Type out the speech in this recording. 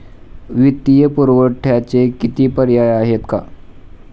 वित्तीय पुरवठ्याचे किती पर्याय आहेत का?